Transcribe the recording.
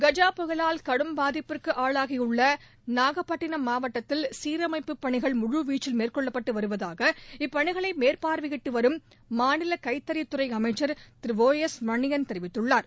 கஜா புயலால் கடும் பாதிப்பிற்கு ஆளாகி உள்ள நாகப்பட்டினம் மாவட்டத்தில் சீரமைப்பு இப்பணிகள் முழுவீச்சில் மேற்கொள்ளப்பட்டு வருவதாக இப்பணிகளை மேற்பார்வையிட்டுவரும் மாநில கைத்தறி துறை அமைச்சா் திரு ஒ எஸ் மணியன் தெரிவித்துள்ளா்